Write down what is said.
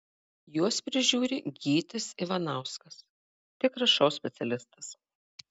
juos prižiūri gytis ivanauskas tikras šou specialistas